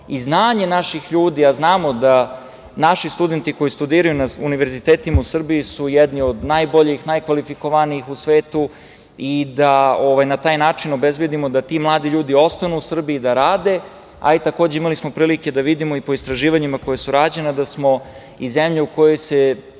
i znanje naših ljudi, a znamo da naši studenti koji studiraju na univerzitetima u Srbiji su jedni od najboljih, najkvalifikovanijih u svetu i da na taj način obezbedimo da ti mladi ljudi ostanu u Srbiji da rade. Takođe, imali smo prilike da vidimo po istraživanjima koji su rađeni da smo iz zemlje u kojoj se